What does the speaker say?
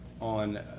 on